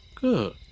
Good